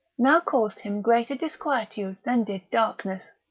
now caused him greater disquietude than did darkness.